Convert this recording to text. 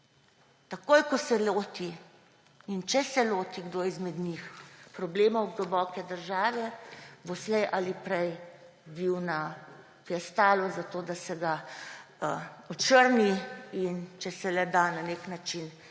Takoj, ko se loti in če se loti kdo izmed njih problemov globoke države, bo slej ali prej na piedestalu, da se ga očrni in, če se le da, na neki način